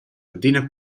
adina